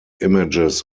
images